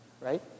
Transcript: right